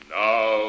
now